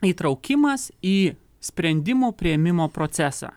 įtraukimas į sprendimų priėmimo procesą